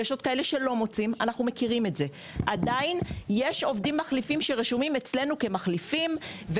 אבל עדיין יש עובדים מחליפים שרשומים אצלנו כמתחלפים,